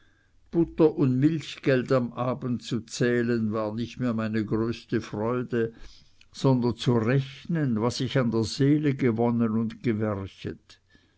butter und milchgeld am abend zu zählen war nicht mehr meine größte freude sondern zu rechnen was ich an der seele gewonnen und gewerchet